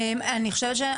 אני חושבת,